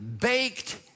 baked